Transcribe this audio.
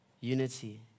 unity